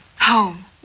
home